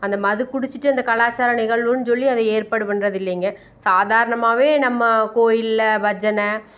அந்த மது குடிச்சுட்டு அந்த கலாச்சார நிகழ்வுன்னு சொல்லி அதை ஏற்பாடு பண்ணுறது இல்லைங்க சாதாரணமாகவே நம்ம கோயிலில் பஜனை